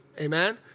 amen